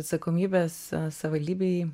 atsakomybės savivaldybėj